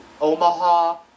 Omaha